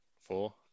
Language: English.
four